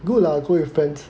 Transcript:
good lah go with friends